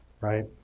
right